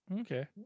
okay